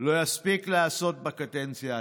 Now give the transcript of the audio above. לא יספיק לעשות בקדנציה השנייה.